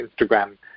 instagram